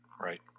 right